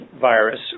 virus